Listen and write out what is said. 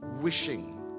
wishing